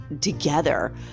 together